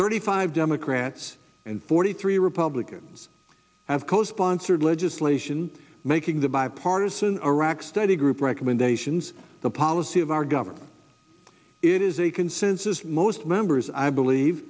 thirty five democrats and forty three republicans have co sponsored legislation making the bipartisan iraq study group recommendations the policy of our government it is a consensus most members i believe